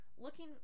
Looking